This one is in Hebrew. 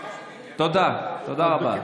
תודה, תודה רבה.